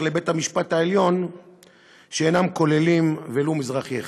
לבית-המשפט העליון שאינם כוללים ולו מזרחי אחד.